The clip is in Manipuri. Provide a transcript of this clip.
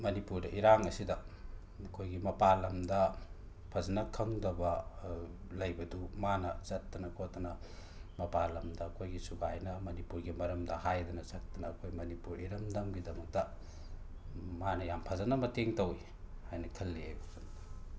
ꯃꯅꯤꯄꯨꯔꯗ ꯏꯔꯥꯡ ꯑꯁꯤꯗ ꯑꯩꯈꯣꯏꯒꯤ ꯃꯄꯥꯜ ꯂꯝꯗ ꯐꯖꯅ ꯈꯪꯗꯕ ꯂꯩꯕꯗꯨ ꯃꯥꯅ ꯆꯠꯇꯅ ꯈꯣꯠꯇꯅ ꯃꯄꯥꯜꯂꯝꯗ ꯑꯩꯈꯣꯏꯒꯤ ꯁꯨꯒꯥꯏꯅ ꯃꯅꯤꯄꯨꯔꯒꯤ ꯃꯔꯝꯗ ꯍꯥꯏꯗꯅ ꯁꯛꯇꯅ ꯑꯩꯈꯣꯏ ꯃꯅꯤꯄꯨꯔ ꯏꯔꯝꯗꯝꯒꯤꯗꯃꯛꯇ ꯃꯥꯅ ꯌꯥꯝ ꯐꯖꯅ ꯃꯇꯦꯡ ꯇꯧꯋꯤ ꯍꯥꯏꯅ ꯈꯜꯂꯤ ꯑꯩ ꯋꯥꯈꯜꯗ